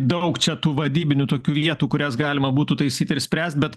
daug čia tų vadybinių tokių vietų kurias galima būtų taisyt ir spręst bet